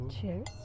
Cheers